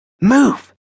Move